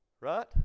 Right